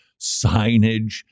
signage